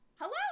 hello